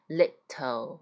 little